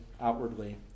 outwardly